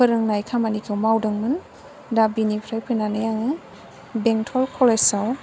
फोरोंनाय खामानिखौ मावदोंमोन दा बेनिफ्राय फैनानै आङो बेंटल कलेजआव